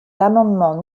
l’amendement